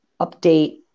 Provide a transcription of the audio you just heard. update